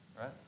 Right